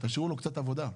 תשאירו לו קצת עבודה,